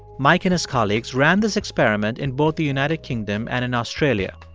mike and his colleagues ran this experiment in both the united kingdom and in australia.